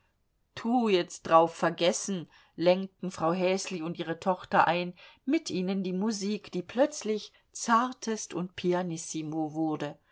tu jetzt drauf vergessen lenkten frau häsli und ihre tochter ein mit ihnen die musik die plötzlich zartest und pianissimo wurde